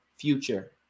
future